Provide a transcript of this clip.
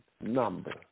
number